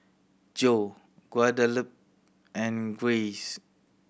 Jo Guadalupe and Grayce